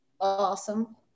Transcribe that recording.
Awesome